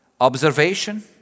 observation